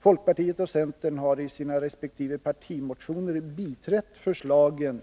Folkpartiet och centern har i sina resp. partimotioner biträtt förslagen.